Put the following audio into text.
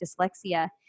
dyslexia